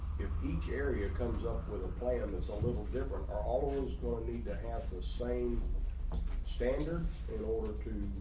each area comes up with a plan that's a little different are always going to need to have the same standard and or too